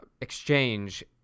exchange